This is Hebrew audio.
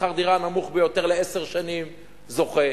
שכר הדירה הנמוך ביותר לעשר שנים זוכה.